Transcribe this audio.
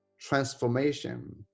transformation